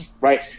right